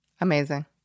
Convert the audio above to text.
Amazing